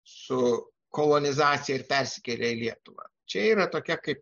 su kolonizacija ir persikėlė į lietuvą čia yra tokia kaip